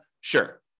Sure